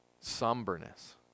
somberness